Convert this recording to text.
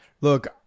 look